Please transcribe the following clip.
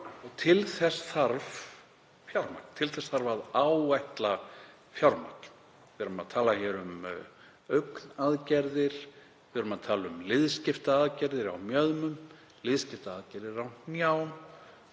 Til þess þarf að áætla fjármagn. Við erum að tala um augnaðgerðir, við erum að tala um liðskiptaaðgerðir á mjöðmum, liðskiptaaðgerðir á hnjám